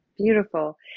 beautiful